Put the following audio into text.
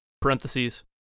parentheses